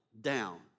down